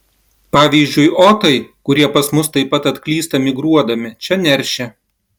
pavyzdžiui otai kurie pas mus taip pat atklysta migruodami čia neršia